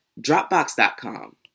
Dropbox.com